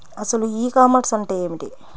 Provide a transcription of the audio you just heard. అసలు ఈ కామర్స్ అంటే ఏమిటి?